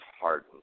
Harden